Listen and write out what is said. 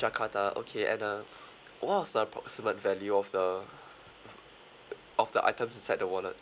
jakarta okay and uh what was the approximate value of the of the items inside the wallet